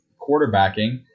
quarterbacking